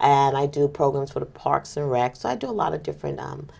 and i do programs for the parks and rec so i do a lot of different